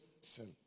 sin